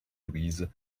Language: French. louise